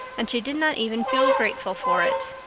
and she did not even feel grateful for it.